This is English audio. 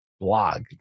blog